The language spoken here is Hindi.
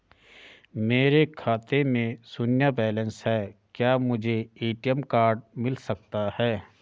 मेरे खाते में शून्य बैलेंस है क्या मुझे ए.टी.एम कार्ड मिल सकता है?